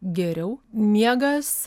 geriau miegas